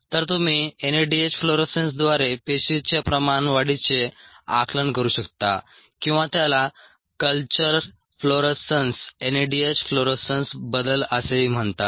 तर तुम्ही एनएडीएच फ्लोरोसन्सद्वारे पेशीच्या प्रमाण वाढीचे आकलन करू शकता किंवा त्याला कल्चर फ्लोरोसन्स एनएडीएच फ्लोरोसन्स बदल असेही म्हणतात